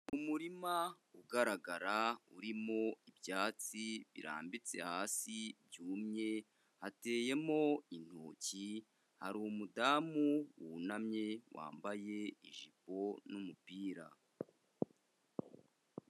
Umurima ugaragara urimo ibyatsi birambitse hasi byumye, hateyemo intoki, hari umudamu wunamye, wambaye ijipo n'umupira.